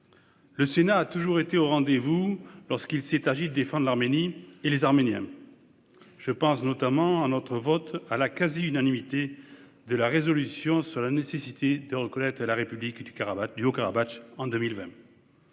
Le Sénat a toujours été au rendez-vous lorsqu'il s'est agi de défendre l'Arménie et les Arméniens- je pense notamment à notre vote à la quasi-unanimité de la proposition de résolution portant sur la nécessité de reconnaître la République du Haut-Karabagh en 2020.